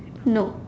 no